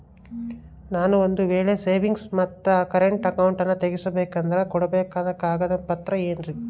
ನಾನು ಒಂದು ವೇಳೆ ಸೇವಿಂಗ್ಸ್ ಮತ್ತ ಕರೆಂಟ್ ಅಕೌಂಟನ್ನ ತೆಗಿಸಬೇಕಂದರ ಕೊಡಬೇಕಾದ ಕಾಗದ ಪತ್ರ ಏನ್ರಿ?